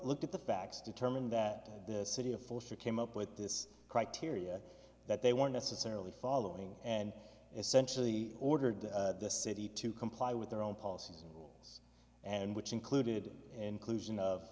looked at the facts determined that the city of force or came up with this criteria that they were necessarily following and essentially ordered the city to comply with their own policies and which included in clues in of